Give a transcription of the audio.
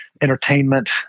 entertainment